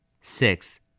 Six